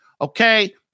Okay